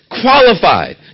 qualified